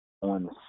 on